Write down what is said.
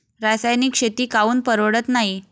रासायनिक शेती काऊन परवडत नाई?